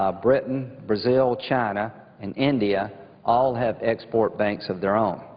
ah britain, brazil, china, and india all have export banks of their own.